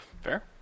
Fair